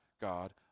God